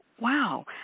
wow